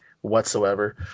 whatsoever